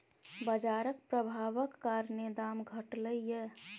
बजारक प्रभाबक कारणेँ दाम घटलै यै